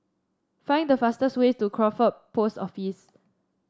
find the fastest way to Crawford Post Office